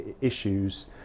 issues